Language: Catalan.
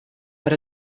per